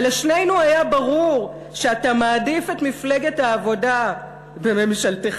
ולשנינו היה ברור שאתה מעדיף את מפלגת העבודה בממשלתך